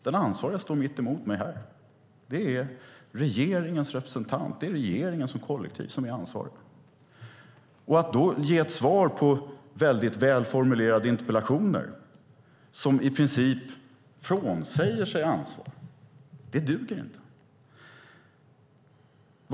Den ansvariga står mitt emot mig här, regeringens representant. Det är regeringen som kollektiv som är ansvarig. Att då på väldigt väl formulerade interpellationer ge svar där man i princip frånsäger sig ansvaret duger inte.